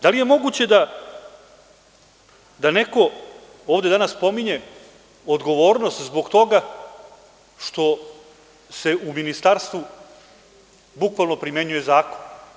Da li je moguće da neko ovde danas pominje odgovornost zbog toga što se u Ministarstvu bukvalno primenjuje zakon?